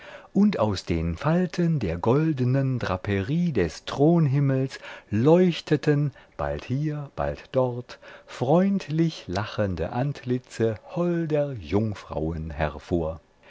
und aus den falten der goldnen draperie des thronhimmels leuchteten bald hier bald dort freundlich lachende antlitze holder jungfrauen hervor